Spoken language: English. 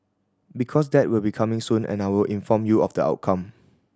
because that will be coming soon and I will inform you of the outcome